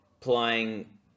applying